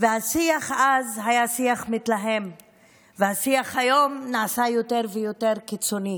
והשיח אז היה שיח מתלהם והשיח היום נעשה יותר ויותר קיצוני.